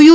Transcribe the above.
you